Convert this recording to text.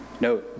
no